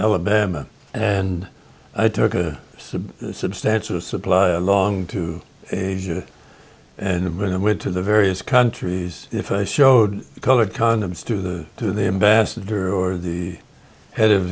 alabama and i took a substantial supply long to asia and bring them with to the various countries if i showed the colored condoms to the to the ambassador or the head of